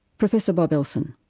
professor bob elson.